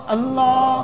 Allah